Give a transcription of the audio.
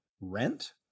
rent